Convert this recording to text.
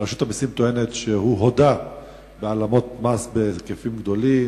רשות המסים טוענת שהוא הודה בהעלמות מס בהיקפים גדולים.